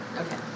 Okay